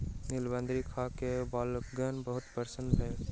नीलबदरी खा के बालकगण बहुत प्रसन्न भेल